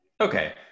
Okay